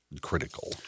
critical